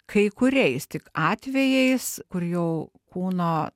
kai kuriais tik atvejais kur jau kūno